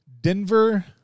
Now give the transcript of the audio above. Denver